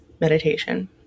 meditation